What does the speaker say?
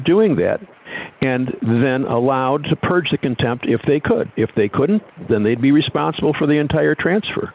doing that and then allowed to purge the contempt if they could if they couldn't then they'd be responsible for the entire transfer